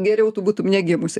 geriau tu būtum negimusi